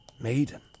Maiden